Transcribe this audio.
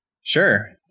Sure